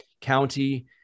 county